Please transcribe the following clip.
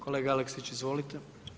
Kolega Aleksić, izvolite.